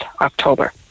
October